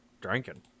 drinking